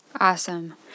Awesome